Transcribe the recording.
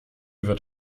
wird